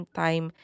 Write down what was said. time